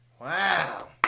Wow